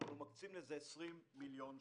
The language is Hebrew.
אנחנו מקצים לזה 20 מיליון שקלים.